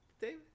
David